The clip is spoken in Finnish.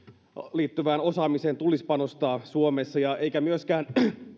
liittyvään osaamiseen tulisi panostaa suomessa eikä myöskään